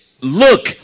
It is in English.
Look